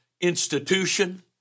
institution